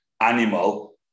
animal